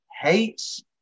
hates